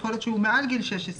יכול להיות שהוא מעל גיל 16,